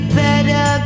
better